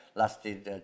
lasted